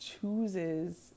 chooses